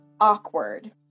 awkward